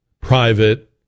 private